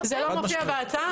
זה לא מופיע בהצעה.